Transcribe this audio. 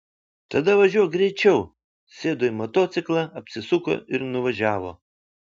tada važiuok greičiau sėdo į motociklą apsisuko ir nuvažiavo